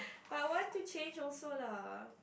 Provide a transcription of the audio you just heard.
but I want to change also lah